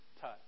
touch